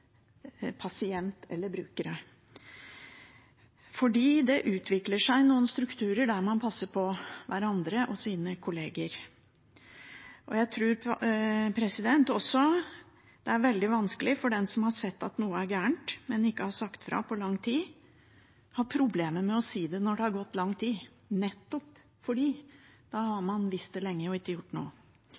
det utvikler seg noen strukturer der man passer på hverandre og sine kolleger. Jeg tror også det er veldig vanskelig for den som har sett at noe er galt, men ikke har sagt fra på lang tid, å si det når det har gått lang tid, nettopp fordi da har man visst det lenge og ikke gjort noe.